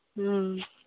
ᱦᱮᱸ